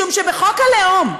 משום שבחוק הלאום,